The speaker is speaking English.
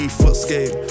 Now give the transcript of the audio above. footscape